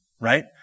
right